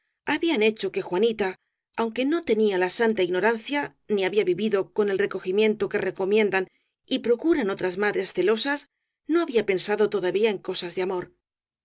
habían hecho que juanita aunque no tenía la santa igno rancia ni había vivido con el recogimiento que recomiendan y procuran otras madres celosas no había pensado todavía en cosas de amor